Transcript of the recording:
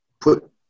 put